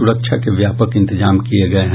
सुरक्षा के व्यापक इंतजाम किये गये हैं